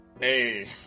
Hey